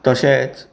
तशेंच